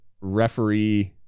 referee